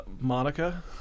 Monica